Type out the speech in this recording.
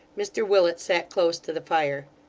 mr willet sat close to the fire.